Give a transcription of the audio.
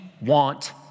want